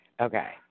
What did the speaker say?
Okay